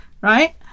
right